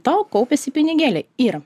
tau kaupiasi pinigėliai ir